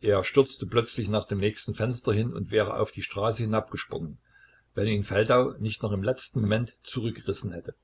er stürzte plötzlich nach dem nächsten fenster hin und wäre auf die straße hinabgesprungen wenn ihn feldau nicht noch im letzten moment zurückgerissen hätte